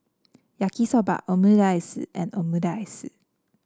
Yaki Soba Omurice and Omurice